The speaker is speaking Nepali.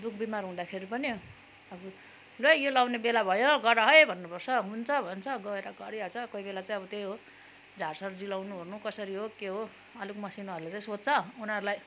दुख बिमार हुँदाखेरि पनि अबो लु है यो लाउने बेला भयो गर है भन्नुपर्छ हुन्छ भन्छ गएर गरिहाल्छ कोहीबेला चाहिँ अब त्यही हो झारसार जिलाउनु कसरी हो के हो अलिक मसिनोहरूले चाहिँ सोध्छ उनीहरूलाई